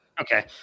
Okay